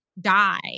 die